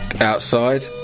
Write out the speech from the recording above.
outside